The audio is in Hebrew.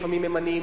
לפעמים הם עניים,